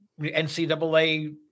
NCAA